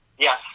Yes